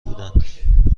بودند